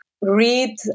read